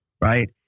right